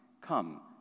Come